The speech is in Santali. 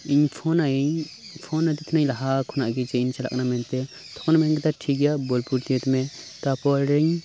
ᱤᱧ ᱯᱷᱳᱱ ᱟᱹᱭᱟᱹᱧ ᱯᱷᱳᱱ ᱟᱫᱮ ᱛᱟᱦᱮᱸᱫᱟᱹᱧ ᱞᱟᱦᱟ ᱠᱷᱚᱱᱟᱜᱮ ᱡᱮ ᱤᱧ ᱪᱟᱞᱟᱜ ᱠᱟᱱᱟ ᱢᱮᱱ ᱛᱮ ᱛᱚᱠᱷᱚᱱᱮ ᱢᱮᱱ ᱠᱮᱫᱟ ᱴᱷᱤᱠ ᱜᱮᱭᱟ ᱵᱳᱞᱯᱩᱨ ᱛᱤᱭᱳᱜᱽ ᱢᱮ ᱛᱟᱯᱚᱨᱮᱧ